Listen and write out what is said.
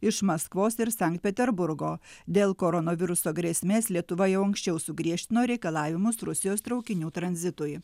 iš maskvos ir sankt peterburgo dėl koronaviruso grėsmės lietuva jau anksčiau sugriežtino reikalavimus rusijos traukinių tranzitui